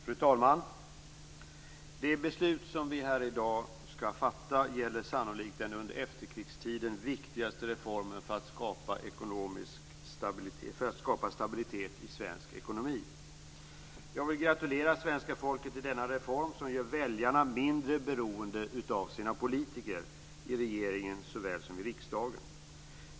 Fru talman! Det beslut som vi här i dag skall fatta gäller sannolikt den under efterkrigstiden viktigaste reformen för att skapa stabilitet i svensk ekonomi. Jag vill gratulera svenska folket till denna reform, som gör väljarna mindre beroende av sina politiker - i regeringen såväl som i riksdagen.